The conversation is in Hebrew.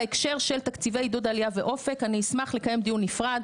בהקשר של עידוד תקציבי עלייה ואופק אני אשמח לקיים דיון נפרד.